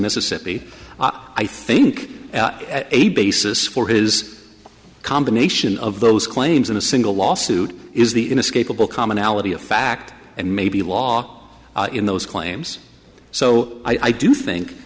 mississippi i think a basis for is a combination of those claims in a single lawsuit is the inescapable commonality of fact and maybe law in those claims so i do think